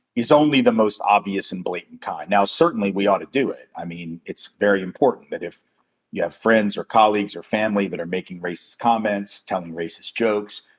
is only the most obvious and blatant kind. now, certainly we ought to do it. i mean, it's very important that if you have friends or colleagues or family that are making racist comments, telling racist jokes,